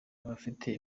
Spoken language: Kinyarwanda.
abafite